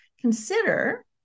Consider